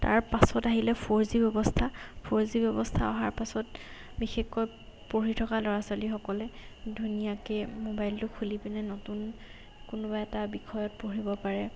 তাৰ পাছত আহিলে ফ'ৰ জি ব্যৱস্থা ফ'ৰ জি ব্যৱস্থা অহাৰ পাছত বিশেষকৈ পঢ়ি থকা ল'ৰা ছোৱালীসকলে ধুনীয়াকৈ মোবাইলটো খুলি পিনে নতুন কোনোবা এটা বিষয়ত পঢ়িব পাৰে